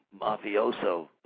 mafioso